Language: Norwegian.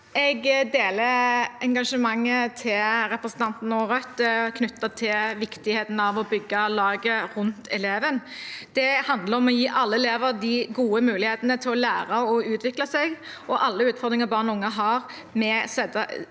Jeg deler engasjementet til representanten og Rødt knyttet til viktigheten av å bygge laget rundt eleven. Det handler om å gi alle elever de gode mulighetene til å lære og utvikle seg. Vi vet at alle utfordringer barn og unge har med